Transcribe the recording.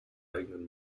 eigenen